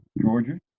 Georgia